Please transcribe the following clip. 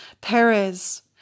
Perez